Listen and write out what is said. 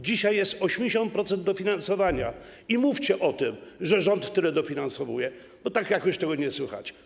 Dzisiaj jest 80% dofinansowania i mówcie o tym, że rząd tyle dofinansowuje, bo tak jakoś tego nie słychać.